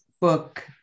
book